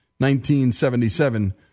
1977